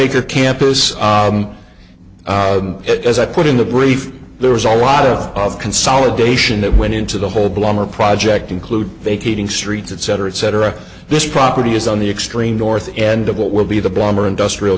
acre campus that as i put in the brief there was a lot of of consolidation that went into the whole blama project include vacating streets etc etc this property is on the extreme north end of what will be the bomber industrial